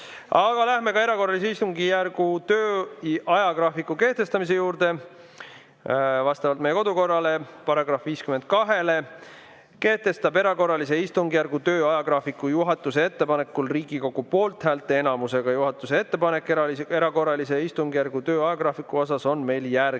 läheme erakorralise istungjärgu töö ajagraafiku kehtestamise juurde. Vastavalt meie kodukorraseaduse §-le 52 kehtestab erakorralise istungjärgu töö ajagraafiku juhatuse ettepanekul Riigikogu poolthäälteenamusega. Juhatuse ettepanek erakorralise istungjärgu töö ajagraafiku kohta on järgmine.